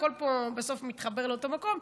הכול פה בסוף מתחבר לאותו מקום,